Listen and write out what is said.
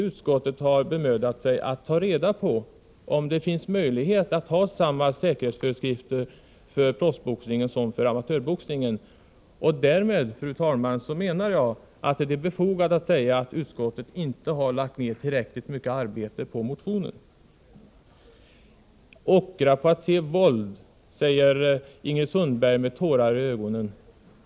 Utskottet har inte bemödat sig att ta reda på om det finns möjligheter att tillämpa samma säkerhetsföreskrifter för proffsboxningen som för amatörboxningen. Därmed, fru talman, menar jag att det är befogat att säga att utskottet inte har lagt ner tillräckligt arbete på motionen. Ockra på att se våld, säger Ingrid Sundberg nästan med tårar i ögonen.